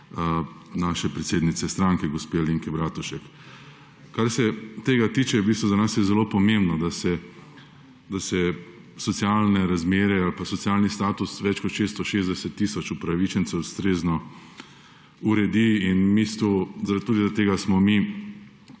naše predsednice stranke gospe Alenke Bratušek. Kar se tega tiče, v bistvu za nas je zelo pomembno, da se socialne razmere ali pa socialni status več kot 660 tisoč upravičencev ustrezno uredi. In tudi zaradi tega smo mi